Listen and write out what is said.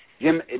Jim